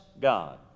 God